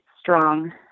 strong